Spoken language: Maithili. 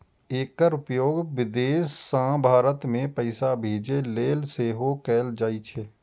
एकर उपयोग विदेश सं भारत मे पैसा भेजै लेल सेहो कैल जाइ छै